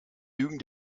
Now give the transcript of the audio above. lügen